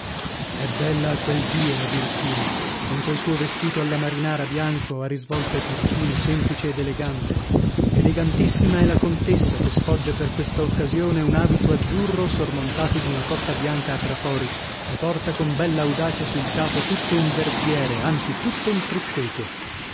è bella a quel dio la birichina con quel suo vestito alla marinara bianco a risvolte turchine semplice ed elegante elegantissima è la contessa che sfoggia per questa occasione un abito azzurro sormontato d'una cotta bianca a trafori e porta con bell'audacia sul capo tutto un verziere anzi tutto un frutteto